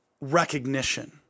recognition